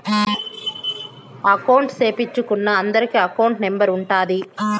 account సేపిచ్చుకున్నా అందరికి account number ఉంటాది